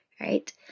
right